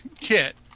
kit